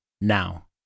Now